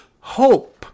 hope